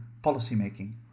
policymaking